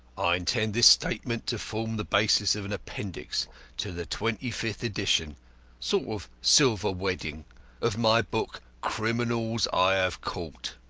i intend this statement to form the basis of an appendix to the twenty-fifth edition sort of silver wedding of my book, criminals i have caught.